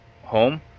home